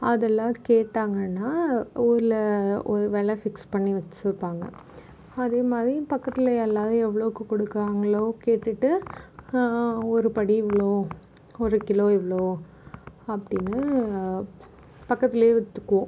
அதில் கேட்டாங்கன்னால் ஊரில் ஒரு வில ஃபிக்ஸ் பண்ணி வச்சுருப்பாங்க அதே மாதிரி பக்கத்தில் எல்லாரையும் எவ்வளோக்கு கொடுக்கறாங்களோ கேட்டுட்டு ஒரு படி இவ்வளோ ஒரு கிலோ இவ்வளோ அப்படினு பக்கத்தில் விற்றுக்குவோம்